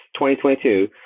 2022